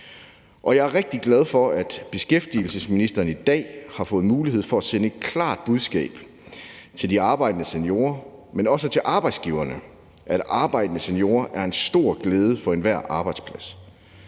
jeg er rigtig glad for, at beskæftigelsesministeren i dag har fået mulighed for at sende et klart budskab til de arbejdende seniorer, men også til arbejdsgiverne om, at arbejdende seniorer er en stor glæde for enhver arbejdsplads,